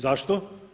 Zašto?